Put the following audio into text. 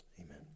Amen